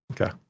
Okay